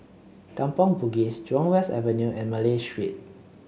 Kampong Bugis Jurong West Avenue and Malay Street